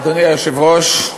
אדוני היושב-ראש,